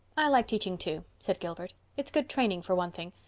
i like teaching, too, said gilbert. it's good training, for one thing.